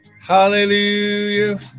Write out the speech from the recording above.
hallelujah